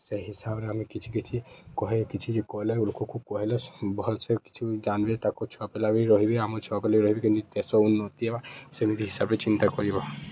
ସେ ହିସାବ୍ରେ ଆମେ କିଛି କିଛି କହି କିଛି କହେଲେ ଲୋକକୁ କହିଲେ ଭଲ୍ସେ କିଛି ଜାଣ୍ବେ ତାକୁ ଛୁଆପିଲା ବି ରହେବେ ଆମ ଛୁଆପିଲା ବି ରହେବେ କେନ୍ତି ଦେଶ ଉନ୍ନତି ହେବା ସେମିତି ହିସାବ୍ରେ ଚିନ୍ତା କରିବ